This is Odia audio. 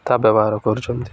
ତା ବ୍ୟବହାର କରୁଛନ୍ତି